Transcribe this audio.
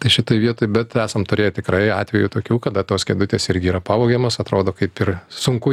tai šitoj vietoj bet esam turėję tikrai atvejų tokių kada tos kėdutės irgi yra pavagiamos atrodo kaip ir sunku